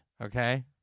Okay